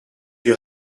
you